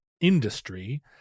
industry